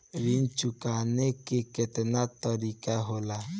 ऋण चुकाने के केतना तरीका होला?